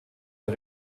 der